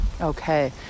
Okay